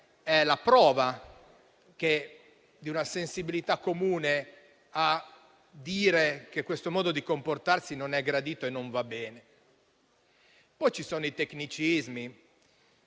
è la prova di una sensibilità comune secondo la quale questo modo di comportarsi non è gradito e non va bene. Poi ci sono i tecnicismi,